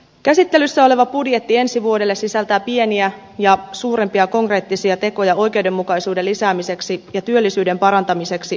käsittelyssä oleva budjetti ensi vuodelle sisältää pieniä ja suurempia konkreettisia tekoja oikeudenmukaisuuden lisäämiseksi ja työllisyyden parantamiseksi yhteiskunnassamme